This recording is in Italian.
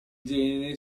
genere